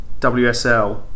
WSL